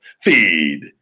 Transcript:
Feed